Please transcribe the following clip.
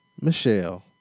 Michelle